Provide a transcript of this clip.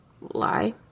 lie